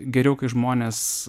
geriau kai žmonės